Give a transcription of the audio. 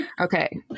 Okay